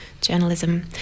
journalism